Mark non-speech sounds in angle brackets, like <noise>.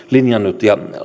<unintelligible> linjannut ja